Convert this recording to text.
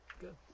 Good